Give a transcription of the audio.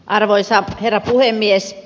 arvoisa herra puhemies